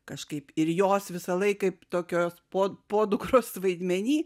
kažkaip ir jos visąlaik kaip tokios po podukros vaidmeny